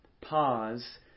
Pause